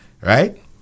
Right